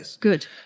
good